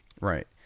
Right